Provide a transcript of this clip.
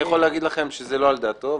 אני יכול להגיד לכם שזה לא על דעתו.